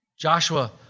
Joshua